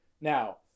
Now